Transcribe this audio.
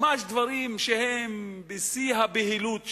ממש דברים שהם בשיא הבהילות,